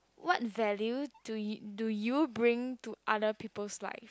what value do you do you bring to other people's life